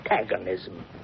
antagonism